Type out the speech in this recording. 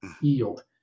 yield